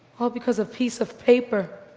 all because of piece of paper.